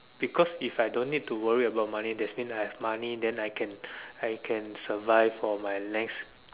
because if I'm no need to worry about money that means I'm have money then I'm can I'm can survive for my next